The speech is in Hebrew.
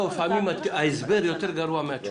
לפעמים ההסבר יותר גרוע מהתשובה.